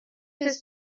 his